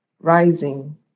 rising